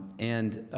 and